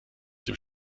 dem